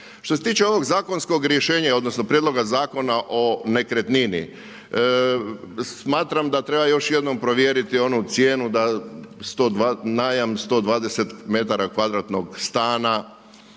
Što se tiče ovog zakonskog rješenja odnosno prijedloga Zakona o nekretnini smatram da treba još jednom provjeriti onu cijenu da najam 120 metara kvadratnog stana